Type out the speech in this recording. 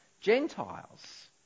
Gentiles